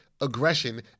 aggression